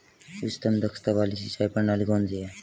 उच्चतम दक्षता वाली सिंचाई प्रणाली कौन सी है?